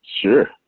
Sure